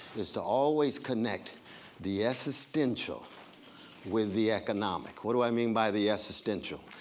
is to always connect the existential with the economic. what do i mean by the existential?